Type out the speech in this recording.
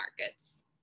markets